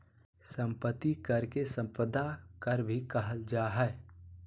संपत्ति कर के सम्पदा कर भी कहल जा हइ